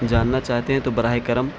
جاننا چاہتے ہیں تو براہ کرم